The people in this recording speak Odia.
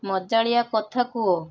ମଜାଳିଆ କଥା କୁହ